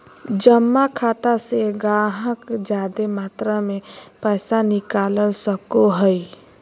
जमा खाता से गाहक जादे मात्रा मे पैसा निकाल सको हय